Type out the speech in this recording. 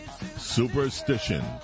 Superstition